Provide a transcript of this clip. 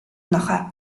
нохой